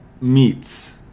meats